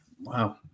wow